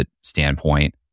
standpoint